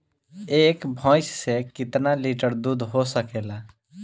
एक भइस से कितना लिटर दूध हो सकेला?